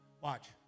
Watch